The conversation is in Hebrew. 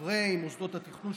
חברי מוסדות התכנון,